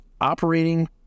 operating